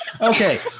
okay